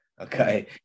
Okay